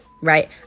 right